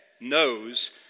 knows